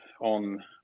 on